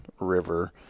river